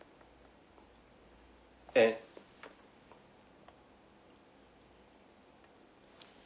and